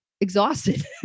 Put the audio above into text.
exhausted